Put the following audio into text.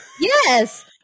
yes